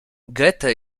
goethe